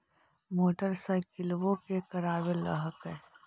मोटरसाइकिलवो के करावे ल हेकै?